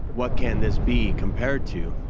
what can this be compared to?